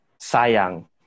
sayang